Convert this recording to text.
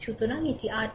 সুতরাং এটি RThevenin